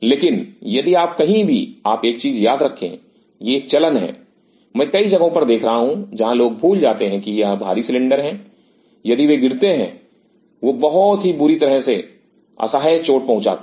लेकिन यदि आप कहीं भी आप एक चीज याद रखें यह एक चलन है मैं कई जगहों पर देख रहा हूं जहां लोग भूल जाते हैं कि यह भारी सिलेंडर हैं यदि वे गिरते हैं वह बहुत ही बुरी तरह से असह्य चोट पहुंचाते हैं